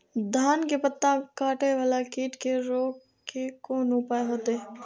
धान के पत्ता कटे वाला कीट के रोक के कोन उपाय होते?